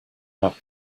have